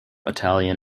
italian